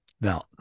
Now